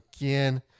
again